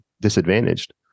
disadvantaged